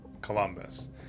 Columbus